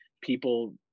people